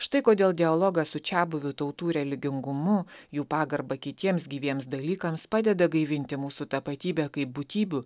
štai kodėl dialogas su čiabuvių tautų religingumu jų pagarbą kitiems gyviems dalykams padeda gaivinti mūsų tapatybę kaip būtybių